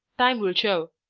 time will show.